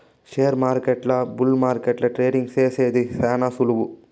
షేర్మార్కెట్ల బుల్ మార్కెట్ల ట్రేడింగ్ సేసేది శాన సులువు